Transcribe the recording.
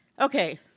Okay